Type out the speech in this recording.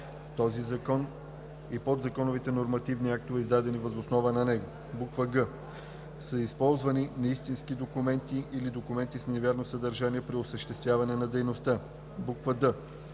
този закон и подзаконовите нормативни актове, издадени въз основа на него; г) са използвани неистински документи или документи с невярно съдържание при осъществяване на дейността; д) за